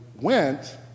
went